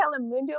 Telemundo